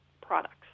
products